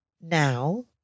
Now